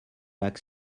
back